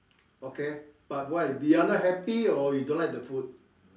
okay but why you are not happy or you don't like the food